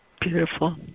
beautiful